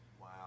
Wow